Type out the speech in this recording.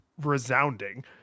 resounding